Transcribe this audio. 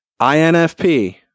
INFP